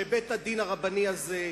שבית-הדין הרבני הזה,